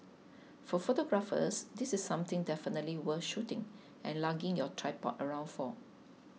for photographers this is something definitely worth shooting and lugging your tripod around for